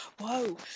whoa